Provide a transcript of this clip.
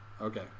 Okay